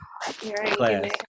class